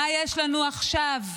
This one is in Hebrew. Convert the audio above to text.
מה יש לנו עכשיו?